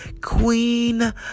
Queen